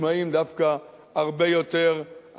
אני לא בטוח שהנימוקים נשמעים דווקא הרבה יותר משכנעים,